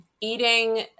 eating